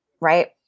right